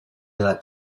dalla